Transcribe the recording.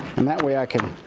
and that way, i can